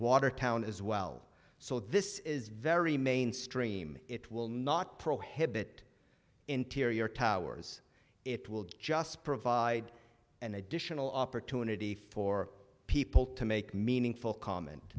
watertown as well so this is very mainstream it will not prohibit interior towers it will just provide an additional opportunity for people to make meaningful comment